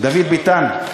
דוד ביטן,